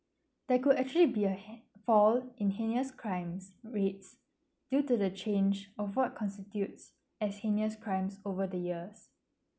that could actually be a he~ fall in heinous crimes rates due to the change of what constitute as heinous crimes over the years